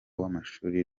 w’amashuri